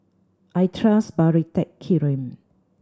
I trust Baritex